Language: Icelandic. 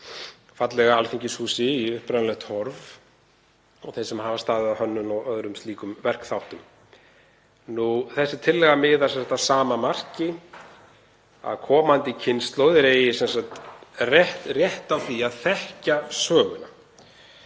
fallega Alþingishúsi í upprunalegt horf, þeim sem hafa staðið að hönnun og öðrum slíkum verkþáttum. Þessi tillaga miðar að því marki að komandi kynslóðir eigi rétt á því að þekkja söguna